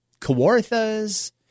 Kawarthas